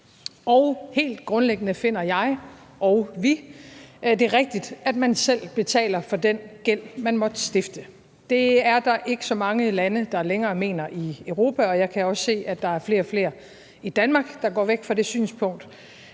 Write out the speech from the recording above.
og helt grundlæggende finder jeg og vi det rigtigt, at man selv betaler den gæld, man måtte stifte. Det er der ikke så mange lande der længere mener i Europa, og jeg kan også se, at der er flere og flere i Danmark, der går væk fra det synspunkt.